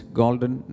golden